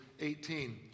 18